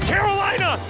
Carolina